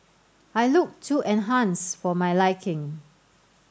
I looked too enhanced for my liking